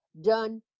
done